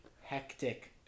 hectic